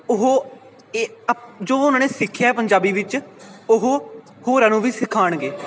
ਉਹ ਇਹ ਅਪ ਜੋ ਉਹਨਾਂ ਨੇ ਸਿੱਖਿਆ ਪੰਜਾਬੀ ਵਿੱਚ ਉਹ ਹੋਰਾਂ ਨੂੰ ਵੀ ਸਿਖਾਉਣਗੇ